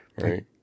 right